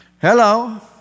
Hello